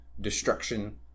destruction